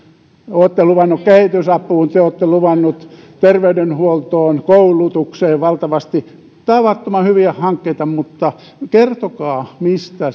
olette luvanneet kehitysapuun ja te olette luvanneet terveydenhuoltoon ja koulutukseen valtavasti tavattoman hyviä hankkeita mutta kertokaa mistä